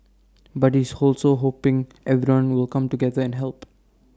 but he's also hoping everyone will come together and help